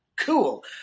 Cool